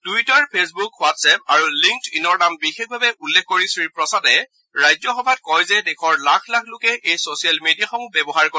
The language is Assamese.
টুইটাৰ ফেচবুক হোৱাট্ছ এপ আৰু লিংক্ড ইনৰ নাম বিশেষভাৱে উল্লেখ কৰি শ্ৰীপ্ৰসাদে ৰাজ্যসভাত কয় যে দেশৰ লাখ লাখ লোকে এই ছচিয়েল মিডিয়াসমূহ ব্যৱহাৰ কৰে